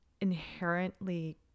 inherently